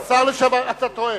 אתה טועה.